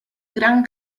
gran